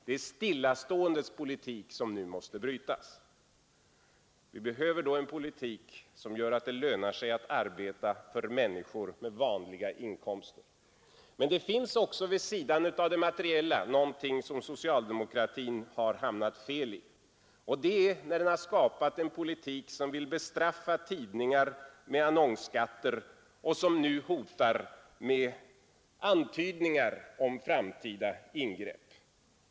Det är stillaståendets politik som nu måste brytas. Vi behöver en politik som gör att det lönar sig att arbeta för människor med vanliga inkomster. Men det finns också vid sidan av det materiella något annat, och där har socialdemokratin hamnat fel. Det är när den har skapat en politik, som vill bestraffa tidningar med annonsskatter och som nu hotar med antydningar om framtida ingrepp.